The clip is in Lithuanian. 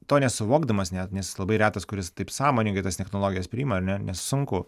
to nesuvokdamas net nes labai retas kuris taip sąmoningai tas technologijas priima ar ne nes sunku